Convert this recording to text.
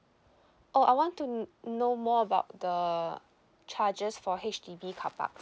oh I want to know more about the charges for H_D_B carpark